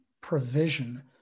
provision